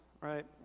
right